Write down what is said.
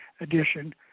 edition